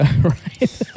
Right